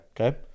Okay